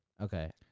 Okay